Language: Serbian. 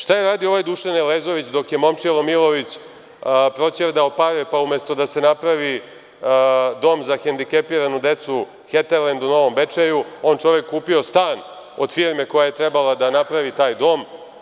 Šta je uradio ovaj Dušan Elezović dok je Momčilo Milović proćerdao pare, pa umesto da se napravi dom za hendikepiranu decu „Heterlend“ u Novom Bečeju, on čovek kupio stan od firme koja je trebala da napravi taj dom?